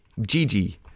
Gigi